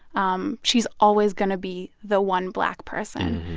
um she's always going to be the one black person.